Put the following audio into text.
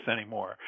anymore